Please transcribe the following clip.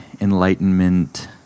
enlightenment